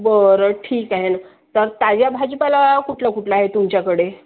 बरं ठीक आहे न तर ताज्या भाजीपाला कुठलं कुठलं आहे तुमच्याकडे